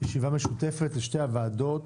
ישיבה משותפת לשתי הוועדות